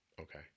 Okay